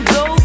go